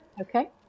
Okay